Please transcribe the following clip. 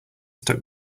stuck